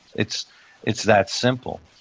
it's it's that simple.